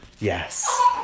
yes